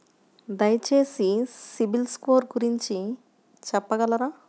దయచేసి సిబిల్ స్కోర్ గురించి చెప్పగలరా?